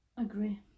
agree